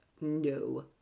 no